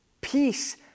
Peace